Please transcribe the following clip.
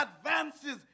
advances